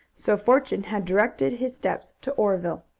so fortune had directed his steps to oreville.